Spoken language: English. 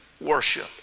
worship